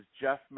Jeff